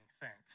thanks